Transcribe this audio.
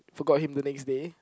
forgot him the next day